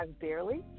barely